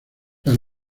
las